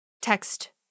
text